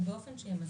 ובאופן שימזער,